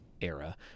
era